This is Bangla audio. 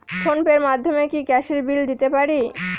ফোন পে র মাধ্যমে কি গ্যাসের বিল দিতে পারি?